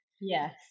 Yes